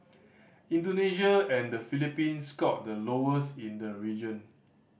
Indonesia and the Philippines scored the lowest in the region